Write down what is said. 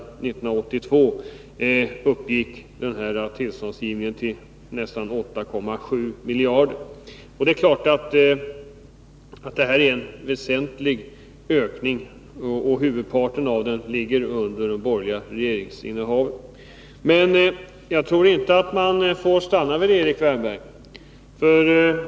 1982 uppgick värdet av tillståndsgivningen till nästan 8,7 miljarder kronor. Det är klart att detta är en väsentlig ökning och att huvudparten ägde rum under det borgerliga regeringsinnehavet. Jag tror inte att man får stanna vid det, Erik Wärnberg.